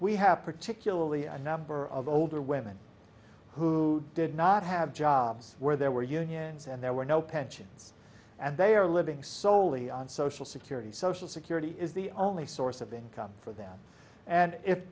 we have particularly a number of older women who did not have jobs where there were unions and there were no pensions and they are living solely on social security social security is the only source of income for them and if